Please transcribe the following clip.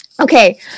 Okay